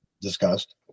discussed